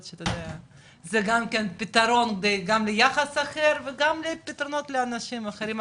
זה גם כן פתרון גם ליחס אחר וגם לפתרונות לאנשים אחרים,